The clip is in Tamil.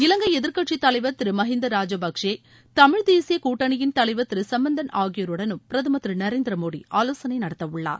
இவங்கை எதிரக்கட்சி தலைவர் திரு மஹிந்தா ராஜபக்சே தமிழ் தேசிய கூடடணியின் தலைவர் திரு சம்பந்தன் ஆகியோருடனும் பிரதமர் திரு நரேந்திர மோடி ஆலோசனை நடத்தவுள்ளார்